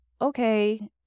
okay